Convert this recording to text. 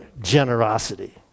generosity